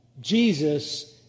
Jesus